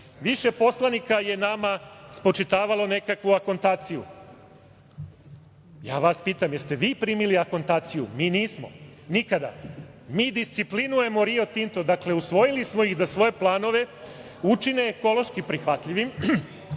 poslanika je nama spočitavalo nekakvu akontaciju. Ja vas pitam jeste li vi primili akontaciju? Mi nismo nikada. Mi disciplinujemo Rio Tinto. Usvojili smo ih da svoje planove učine ekološki prihvatljivim,